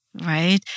Right